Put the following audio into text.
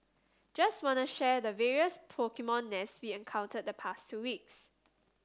just wanna share the various Pokemon nests we encountered the past two weeks